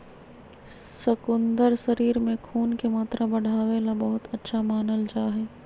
शकुन्दर शरीर में खून के मात्रा बढ़ावे ला बहुत अच्छा मानल जाहई